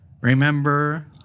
Remember